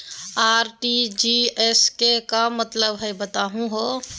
RTGS के का मतलब हई, बताहु हो?